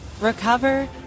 recover